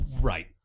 right